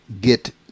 get